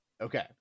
Okay